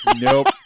Nope